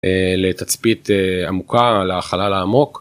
לתצפית עמוקה על החלל העמוק.